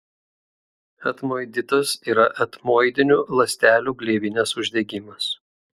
etmoiditas yra etmoidinių ląstelių gleivinės uždegimas